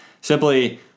Simply